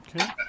Okay